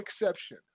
exception